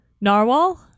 Narwhal